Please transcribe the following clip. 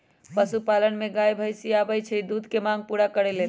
पशुपालन में गाय भइसी आबइ छइ दूध के मांग पुरा करे लेल